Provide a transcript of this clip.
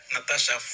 Natasha